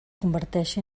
converteixi